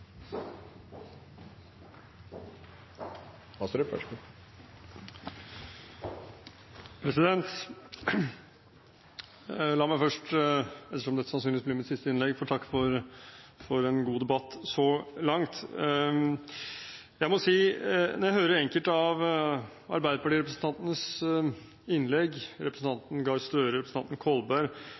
La meg først, ettersom dette sannsynligvis blir mitt siste innlegg, få takke for en god debatt så langt. Jeg må si at når jeg hører enkelte av arbeiderpartirepresentantenes innlegg – representanten Gahr Støre, representanten Kolberg